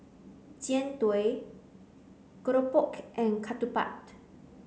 Jian Dui Keropok and Ketupat